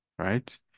right